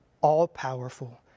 all-powerful